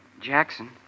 Jackson